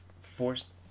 forced